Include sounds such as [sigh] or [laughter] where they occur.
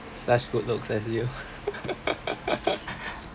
such good looks as you [laughs]